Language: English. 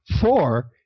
Four